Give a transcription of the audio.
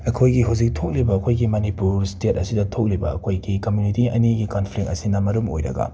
ꯑꯩꯈꯣꯏꯒꯤ ꯍꯧꯖꯤꯛ ꯊꯣꯛꯂꯤꯕ ꯑꯩꯈꯣꯏꯒꯤ ꯃꯥꯅꯤꯄꯨꯔ ꯁ꯭ꯇꯦꯠ ꯑꯁꯤꯗ ꯊꯣꯛꯂꯤꯕ ꯑꯩꯈꯣꯏꯒꯤ ꯀꯃꯨꯅꯤꯇꯤ ꯑꯅꯤꯒꯤ ꯀꯟꯐ꯭ꯂꯤꯛ ꯑꯁꯤꯅ ꯃꯔꯝ ꯑꯣꯏꯔꯒ